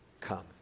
come